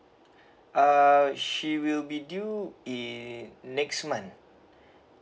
uh she will be due in next month